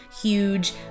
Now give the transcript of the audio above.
huge